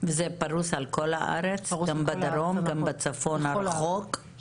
וזה פרוס על כל הארץ, גם בדרום, גם בצפון הרחוק?